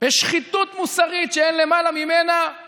בשחיתות מוסרית שאין למעלה ממנה הוא